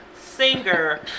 singer